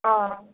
अँ